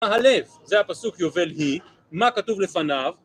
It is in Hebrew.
‫מה הלב? זה הפסוק יובל היא. ‫מה כתוב לפניו?